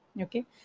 okay